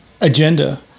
agenda